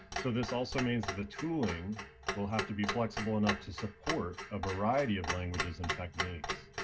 so this also means the tooling will have to be flexible enough to support a variety of languages and techniques.